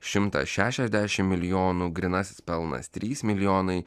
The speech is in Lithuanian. šimtą šešiasdešimt milijonų grynasis pelnas trys milijonai